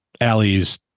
Allie's